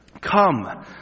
Come